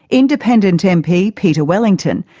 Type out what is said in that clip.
independent mp peter wellington,